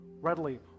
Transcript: readily